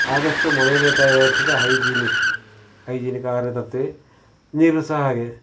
ಆದಷ್ಟು ಮನೆಯಲ್ಲೆ ತಯಾರಿಸಿದ ಹೈಜೀನಿಕ್ ಹೈಜಿನಿಕ್ ಆಹಾರವೇ ತರ್ತೀವಿ ನೀರು ಸಹ ಹಾಗೆ